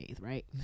right